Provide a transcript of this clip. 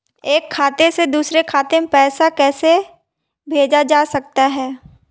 एक खाते से दूसरे खाते में पैसा कैसे भेजा जा सकता है?